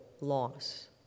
loss